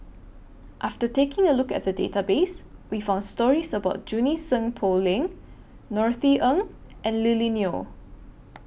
after taking A Look At The Database We found stories about Junie Sng Poh Leng Norothy Ng and Lily Neo